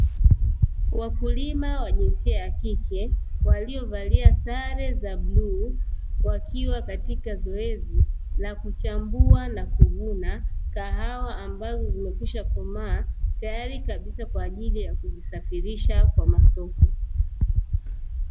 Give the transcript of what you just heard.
Wakulima wa jinsia ya kike waliovalia sare za bluu wakiwa katika zoezi la kuchambua na kuvuna kahawa ambazo zimekwisha komaa, tayari kabisa kwa ajili ya kuzisafirisha kwa ajili ya masoko.